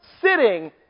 sitting